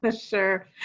Sure